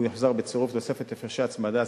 הוא יוחזר בצירוף תוספת הפרשי הצמדה.